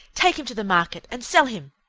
take him to the market and sell him.